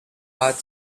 are